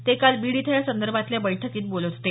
ते काल बीड इथं यासंदर्भातल्या बैठकीत बोलत होते